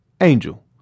Angel